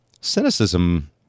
cynicism